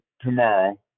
tomorrow